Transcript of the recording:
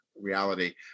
reality